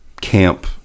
camp